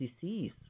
disease